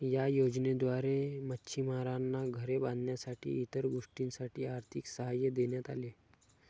या योजनेद्वारे मच्छिमारांना घरे बांधण्यासाठी इतर गोष्टींसाठी आर्थिक सहाय्य देण्यात आले